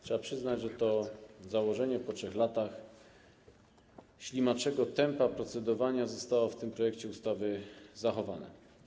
Trzeba przyznać, że to założenie po 3 latach ślimaczego tempa procedowania zostało w tym projekcie ustawy zachowane.